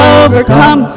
overcome